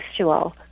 contextual